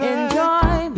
Enjoy